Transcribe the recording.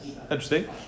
interesting